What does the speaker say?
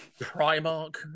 Primark